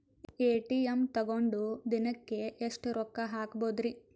ATM ತಗೊಂಡ್ ದಿನಕ್ಕೆ ಎಷ್ಟ್ ರೊಕ್ಕ ಹಾಕ್ಬೊದ್ರಿ?